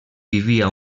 vivia